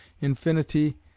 infinity